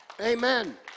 Amen